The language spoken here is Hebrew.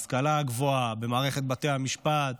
להשכלה הגבוהה, למערכת בתי המשפט,